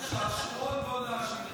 השעשועון בוא נאשים את גלי.